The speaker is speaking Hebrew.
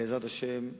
בעזרת השם,